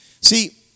See